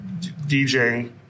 DJing